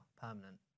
permanent